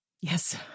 Yes